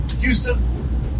Houston